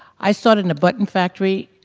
i started in a button factory,